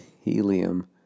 helium